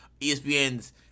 ESPN's